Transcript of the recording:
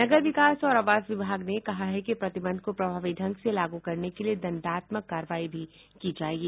नगर विकास और आवास विभाग ने कहा है कि प्रतिबंध को प्रभावी ढंग से लागू करने के लिए दंडात्मक कार्रवाई भी की जायेगी